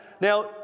Now